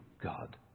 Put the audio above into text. God